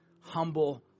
humble